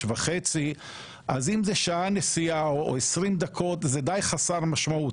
וחצי אז אם זה שעה נסיעה או 20 דקות זה די חסר משמעות.